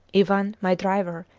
ivan, my driver,